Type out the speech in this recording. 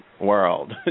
world